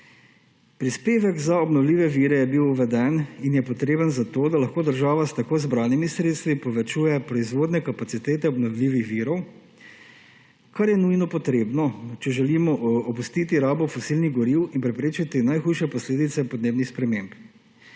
Prispevek za obnovljive vire je bil uveden in je potreben, zato da lahko država s tako zbranimi sredstvi povečuje proizvodne kapacitete obnovljivih virov, kar je nujno potrebno, če želimo opustiti rabo fosilnih goriv in preprečiti najhujše posledice podnebnih sprememb.